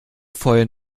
vorher